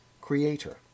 creator